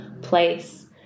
place